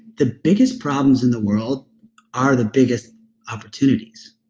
the biggest problems in the world are the biggest opportunities.